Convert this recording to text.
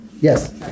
Yes